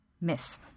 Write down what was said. Miss